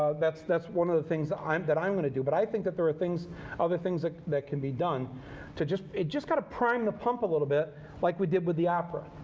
that's that's one of the things that i'm that i'm going to do. but i think that there are things other things that that can be done to just you've just got to prime the pump a little bit like we did with the opera.